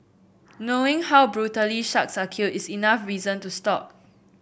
knowing how brutally sharks are killed is enough reason to stop